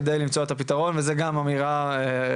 על מנת למצוא את הפתרון וזו גם אמירה חשובה.